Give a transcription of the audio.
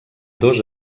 dos